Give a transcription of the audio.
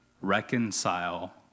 reconcile